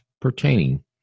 pertaining